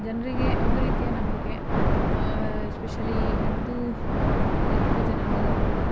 ಜನರಿಗೆ ಒಂದು ರೀತಿಯ ನಂಬಿಕೆ ಎಸ್ಪೆಷಲಿ ಹಿಂದೂ ಹಿಂದೂ ಜನಾಂಗದವರೆಲ್ಲ